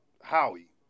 Howie